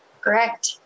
Correct